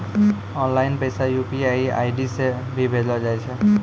online पैसा UPI ID से भी भेजलो जाय छै